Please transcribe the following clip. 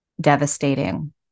devastating